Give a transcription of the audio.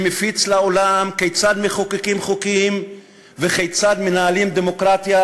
שמפיץ לעולם כיצד מחוקקים חוקים וכיצד מנהלים דמוקרטיה,